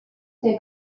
ser